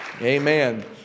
Amen